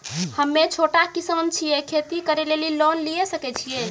हम्मे छोटा किसान छियै, खेती करे लेली लोन लिये सकय छियै?